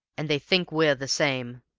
and they think we're the same.